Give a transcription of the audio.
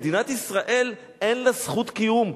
מדינת ישראל אין לה זכות קיום,